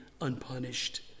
unpunished